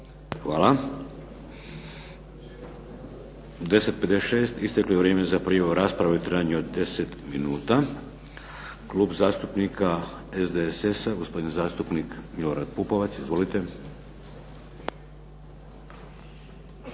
Hvala. U 10,56 isteklo je vrijeme za prijavu rasprave u trajanju od 10 minuta. Klub zastupnika SDSS-a, gospodin zastupnik Milorad Pupovac. Izvolite.